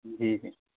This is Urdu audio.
جی جی